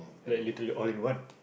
like literally all in one